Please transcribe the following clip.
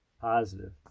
Positive